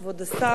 כבוד השר,